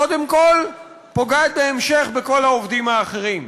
קודם כול פוגעת בהמשך בכל העובדים האחרים.